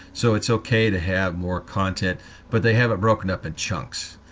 so it's okay to have more content but they have it broken up in chunks.